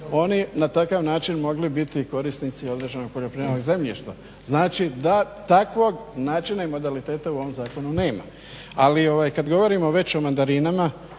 oni na takav način mogli biti korisnici određenog poljoprivrednog zemljišta. Znači da takvog načina i modaliteta u ovom zakonu nema. Ali ovaj kad govorimo već o mandarinama,